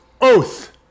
Oath